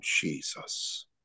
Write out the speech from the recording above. Jesus